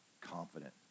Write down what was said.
confident